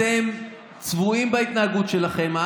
אתם צבועים בהתנהגות שלכם.